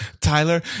Tyler